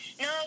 No